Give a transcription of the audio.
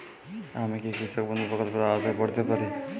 আমি কি কৃষক বন্ধু প্রকল্পের আওতায় পড়তে পারি?